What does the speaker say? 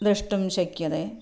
द्रष्टुं शक्यते